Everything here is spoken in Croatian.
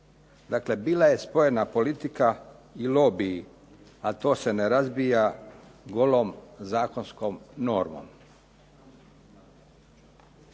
Znači bila je spojena politika i lobiji, a to se ne razbija golom zakonskom normom.